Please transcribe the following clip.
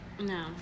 No